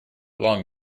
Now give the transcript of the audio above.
long